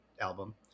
album